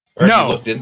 No